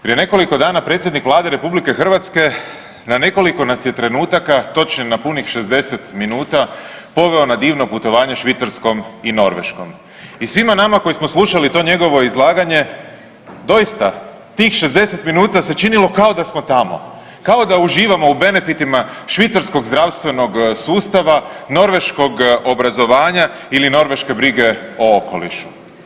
Prije nekoliko dana predsjednik Vlade RH na nekoliko nas je trenutaka točno na punih 60 minuta poveo na divno putovanje Švicarskom i Norveškom i svima nama koji smo slušali to njegovo izlaganje doista tih 60 minuta se činilo kao da smo tamo, kao da uživamo u benefitima švicarskog zdravstvenog sustava, norveškog obrazovanja ili norveške brige o okolišu.